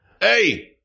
Hey